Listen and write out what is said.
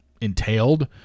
entailed